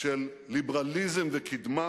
של ליברליזם וקידמה,